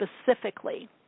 specifically